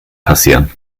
passieren